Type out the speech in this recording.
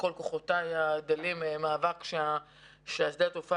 בכל כוחותיי הדלים מאבק ששדה התעופה